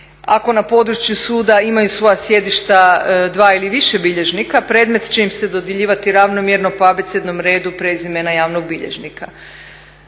Ako na području suda imaju svoja sjedišta dva ili više bilježnika predmet će im se dodjeljivati ravnomjerno po abecednom redu prezimena javnog bilježnika.